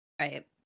Right